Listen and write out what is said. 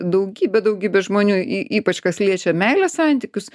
daugybė daugybė žmonių y ypač kas liečia meilės santykius